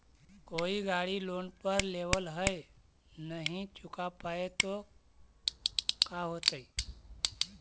कोई गाड़ी लोन पर लेबल है नही चुका पाए तो का होतई?